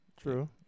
True